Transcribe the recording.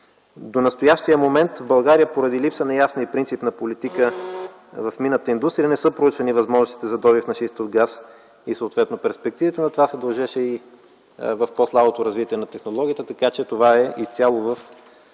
До настоящия момент в България поради липса на ясна и принципна политика в минната индустрия не са проучвани възможностите за добив на шистов газ и съответно перспективите, но това се дължеше и на по-слабото развитие на технологията, така че това е изцяло в